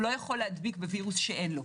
הוא לא יכול להדביק בווירוס שאין לו.